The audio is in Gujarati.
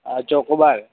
અ ચોકોબાર